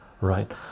right